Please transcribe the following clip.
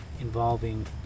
involving